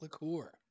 liqueur